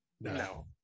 No